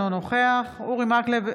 אינו נוכח אורי מקלב,